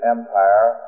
Empire